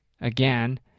again